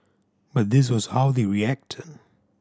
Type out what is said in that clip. but this was how they reacted